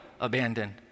abandoned